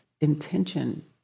intention